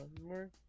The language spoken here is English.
more